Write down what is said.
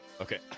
okay